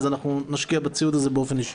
נשקיע בציוד באופן אישי.